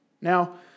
Now